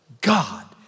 God